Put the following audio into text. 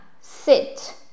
sit